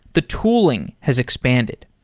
the tooling has expanded.